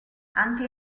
anche